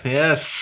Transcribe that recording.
yes